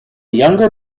younger